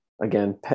Again